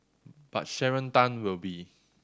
but Sharon Tan will be